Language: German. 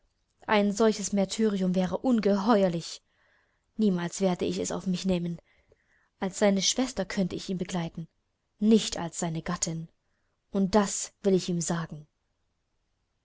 ein solches märtyrertum wäre ungeheuerlich niemals werde ich es auf mich nehmen als seine schwester könnte ich ihn begleiten nicht als seine gattin und das will ich ihm sagen